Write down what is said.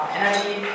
energy